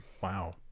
Wow